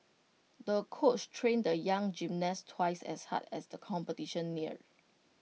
the coach trained the young gymnast twice as hard as the competition neared